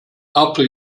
after